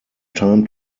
time